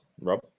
Rob